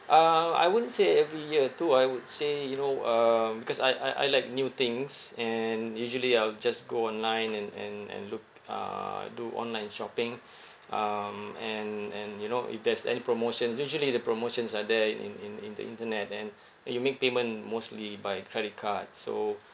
uh I wouldn't say every year to I would say you know um because I I I like new things and usually I will just go online and and and look uh do online shopping um and and you know if there's any promotion usually the promotions are there in in in the internet then and you make payment mostly by credit card so